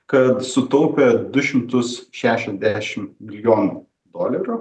kad sutaupė du šimtus šešiasdešimt milijonų dolerių